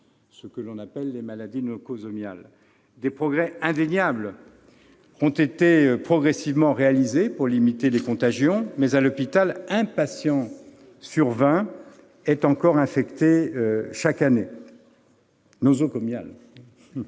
aux soins, appelées maladies nosocomiales. Des progrès indéniables ont été progressivement réalisés pour limiter les contagions, mais, à l'hôpital, un patient sur vingt est encore infecté chaque année. Cette